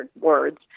words